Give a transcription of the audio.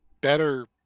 better